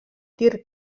tir